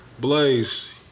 Blaze